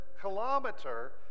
kilometer